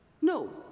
No